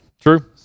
true